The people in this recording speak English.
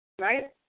Right